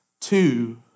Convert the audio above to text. Two